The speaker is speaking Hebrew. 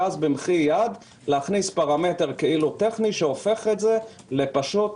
ואז במחי יד להכניס פרמטר כאילו טכני שהופך את זה לסתם.